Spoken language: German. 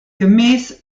gemäß